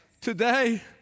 Today